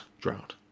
drought